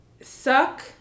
suck